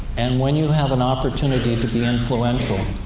and when you have an opportunity to be influential,